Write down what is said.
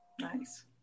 nice